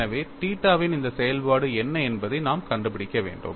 எனவே தீட்டாவின் இந்த செயல்பாடு என்ன என்பதை நாம் கண்டுபிடிக்க வேண்டும்